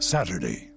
Saturday